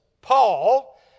Paul